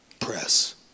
Press